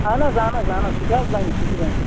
اہَن حظ اہَن حظ اہَن حظ سُہ تہِ حظ بَنہِ سُہ تہِ بَنہِ